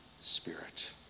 Spirit